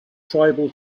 tribal